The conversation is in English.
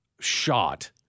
shot